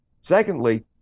Secondly